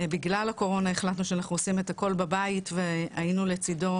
בגלל הקורונה החלטנו שאנחנו עושים את הכל בבית והיינו לצידו